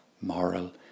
moral